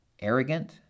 Arrogant